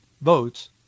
votes